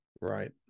Right